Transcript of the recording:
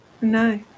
No